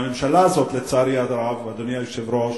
הממשלה הזאת, לצערי הרב, אדוני היושב-ראש,